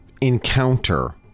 encounter